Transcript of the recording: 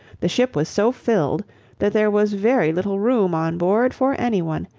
the ship was so filled that there was very little room on board for any one,